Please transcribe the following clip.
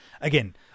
Again